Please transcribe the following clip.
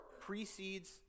precedes